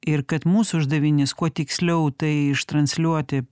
ir kad mūsų uždavinys kuo tiksliau tai ištransliuoti